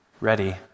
ready